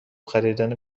خریدن